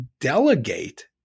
delegate